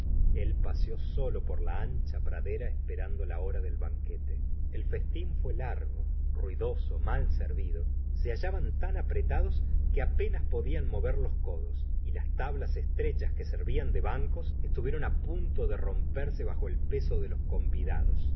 él paseó solo por la ancha pradera esperando la hora del banquete el festín fué largo ruidoso mal servido se hallaban tan apretados que apenas podían mover los codos y las tablas estrechas que servían de bancos estuvieron punto de romperse bajo el peso de los convidados